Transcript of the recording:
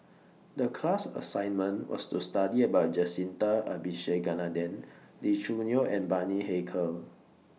The class assignment was to study about Jacintha Abisheganaden Lee Choo Neo and Bani Haykal